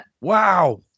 Wow